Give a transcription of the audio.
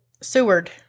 Seward